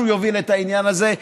שהוא יוביל את העניין הזה,